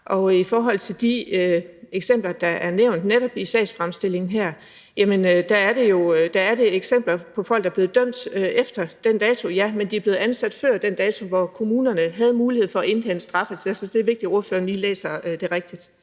I forhold til de eksempler, der netop er nævnt i sagsfremstillingen her, er det eksempler på folk, der er blevet dømt efter den dato. Ja, men de er blevet ansat før den dato, hvor kommunerne havde mulighed for at indhente straffeattester. Så det er vigtigt, at ordføreren lige læser det rigtigt.